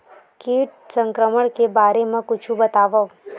कीट संक्रमण के बारे म कुछु बतावव?